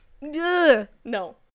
no